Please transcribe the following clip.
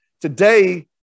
Today